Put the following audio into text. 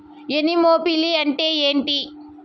Anemophily అంటే ఏంటి?